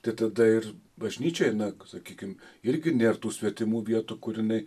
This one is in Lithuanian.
tai tada ir bažnyčioj na sakykim irgi nėr tų svetimų vietų kur jinai